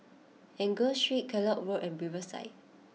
Angus Street Kellock Road and Riverside